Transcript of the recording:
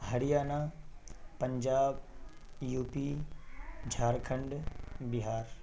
Haryana Punjab U P Jharkhand Bihar